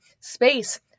Space